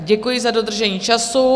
Děkuji za dodržení času.